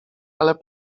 ale